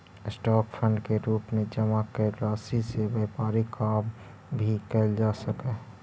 stock fund के रूप में जमा कैल राशि से व्यापारिक काम भी कैल जा सकऽ हई